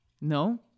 No